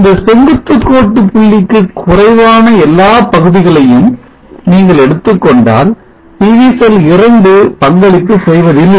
இந்த செங்குத்து கோட்டு புள்ளிக்கு குறைவான எல்லா பகுதிகளையும் நீங்கள் எடுத்துக்கொண்டால் PV செல் 2 பங்களிப்பு செய்வதில்லை